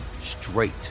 straight